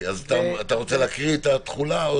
אתה רוצה להקריא את התחולה?